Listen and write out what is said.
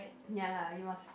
ya you must